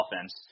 offense